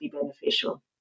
beneficial